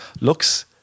looks